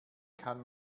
kann